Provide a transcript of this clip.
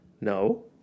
No